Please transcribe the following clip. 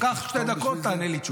קח שתי דקות, תענה לי.